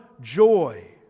joy